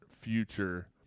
future